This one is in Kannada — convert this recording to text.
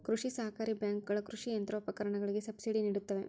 ಕೃಷಿ ಸಹಕಾರಿ ಬ್ಯಾಂಕುಗಳ ಕೃಷಿ ಯಂತ್ರೋಪಕರಣಗಳಿಗೆ ಸಬ್ಸಿಡಿ ನಿಡುತ್ತವೆ